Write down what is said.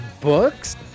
books